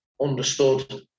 understood